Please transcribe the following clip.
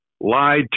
lied